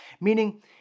Meaning